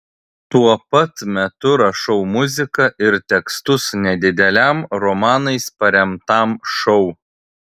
tuo pat metu rašau muziką ir tekstus nedideliam romanais paremtam šou